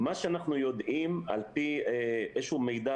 מה שאנחנו יודעים על-פי איזשהו מידע